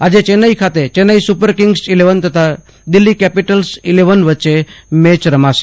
આજે ચેન્નાઈ ખાતે Chennai Super Kings eleven તથા દિલ્ફી કેપિટલ ઈલેવન વચ્ચે મેચ રમાશે